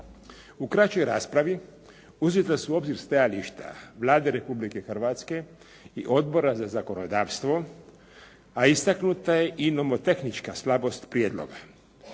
U kraćoj raspravi uzeta su u obzir stajališta Vlade Republike Hrvatske i Odbora za zakonodavstvo, a istaknuta je i nomotehnička slabost prijedloga.